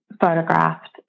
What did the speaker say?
photographed